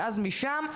ואז משם...?